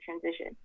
transition